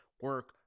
Work